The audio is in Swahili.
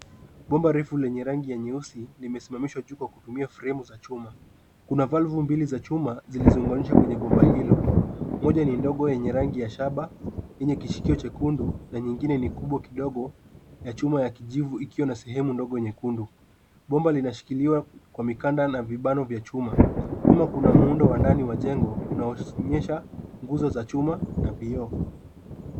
Bomba refu lenye rangi ya nyeusi limesimamishwa juu kwa kutumia fremu za chuma. Kuna valvu mbili za chuma zilizounganishwakwenye bomba hilo, moja ni ndogo yenye rangi ya shaba, yenye kishikio chekundu na nyingine ni kubwa kidogo ya chuma ya kijivu ikiwa na sehemu ndogo nyekundu. Bomba linashukiliwa kwa mikanda na vibano vya chuma. Nyuma kuna muundo wa ndani wa jengo unaoonyesha nguzo za chuma na vioo.